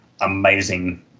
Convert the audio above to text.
amazing